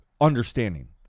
understanding